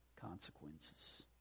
consequences